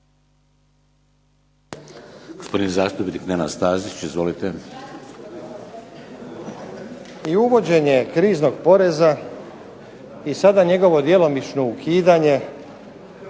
I uvođenje kriznog poreza i sada njegovo djelomično ukidanje